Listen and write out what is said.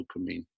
dopamine